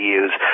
use